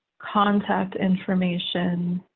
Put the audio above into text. contact information,